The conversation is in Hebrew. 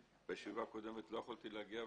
שבישיבה הקודמת לא יכולתי להגיע.